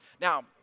Now